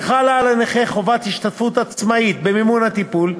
וחלה על הנכה חובת השתתפות עצמאית במימון הטיפול,